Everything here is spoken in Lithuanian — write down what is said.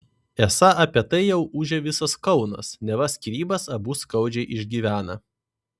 esą apie tai jau ūžia visas kaunas neva skyrybas abu skaudžiai išgyvena